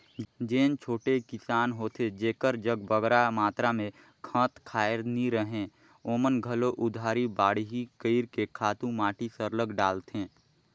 जेन छोटे किसान होथे जेकर जग बगरा मातरा में खंत खाएर नी रहें ओमन घलो उधारी बाड़ही कइर के खातू माटी सरलग डालथें